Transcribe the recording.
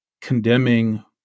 condemning